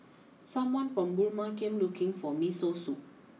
someone from Burma came looking for Miso Soup